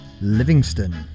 Livingston